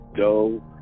go